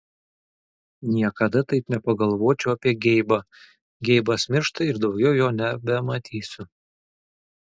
niekada taip nepagalvočiau apie geibą geibas miršta ir daugiau jo nebematysiu